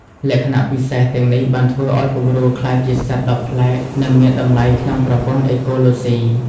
លក្ខណៈពិសេសទាំងនេះបានធ្វើឱ្យពង្រូលក្លាយជាសត្វដ៏ប្លែក និងមានតម្លៃក្នុងប្រព័ន្ធអេកូឡូស៊ី។